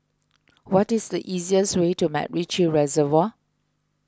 what is the easiest way to MacRitchie Reservoir